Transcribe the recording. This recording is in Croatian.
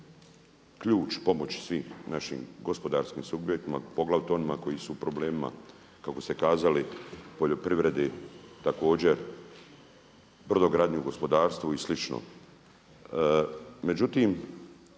ključ pomoći svim našim gospodarskim subjektima poglavito onima koji su u problemima kako ste kazali poljoprivredi također, brodogradnji, u gospodarstvu i slično. Međutim,